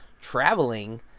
traveling